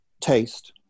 taste